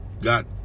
got